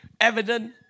evident